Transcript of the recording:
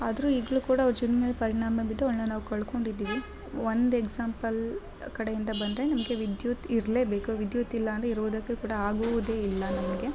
ಆದರೂ ಈಗಲೂ ಕೂಡ ಅವ್ರ ಜೀವ್ನ್ದ ಮೇಲೆ ಪರಿಣಾಮ ಬಿದ್ದು ಅವ್ಳನ್ನ ನಾವು ಕಳ್ಕೊಂಡಿದ್ದೀವಿ ಒಂದು ಎಕ್ಸಾಂಪಲ್ ಕಡೆಯಿಂದ ಬಂದರೆ ನಮಗೆ ವಿದ್ಯುತ್ ಇರಲೇಬೇಕು ವಿದ್ಯುತ್ ಇಲ್ಲ ಅಂದರೆ ಇರುವುದಕ್ಕೆ ಕೂಡ ಆಗುವುದೇ ಇಲ್ಲ ನಮಗೆ